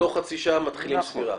תוך חצי שעה מתחילים ספירה.